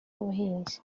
ubuhinzi